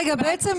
רגע, בעצם.